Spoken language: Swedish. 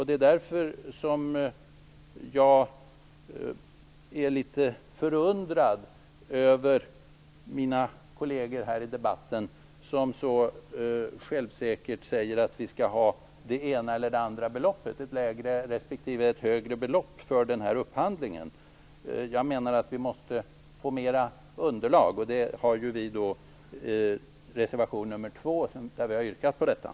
Det är därför som jag är litet förundrad över mina kolleger i debatten som så självsäkert säger att vi skall ha det ena eller det andra beloppet. Vi måste få mera underlag. Det har vi yrkat på i reservation 2.